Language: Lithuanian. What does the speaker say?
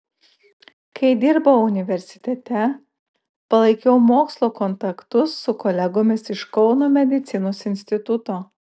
kai dirbau universitete palaikiau mokslo kontaktus su kolegomis iš kauno medicinos instituto